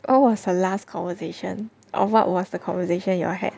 when was the last conversation or what was the conversation you all had